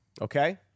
Okay